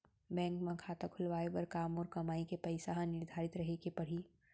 Bank म खाता खुलवाये बर का मोर कमाई के पइसा ह निर्धारित रहे के पड़ही?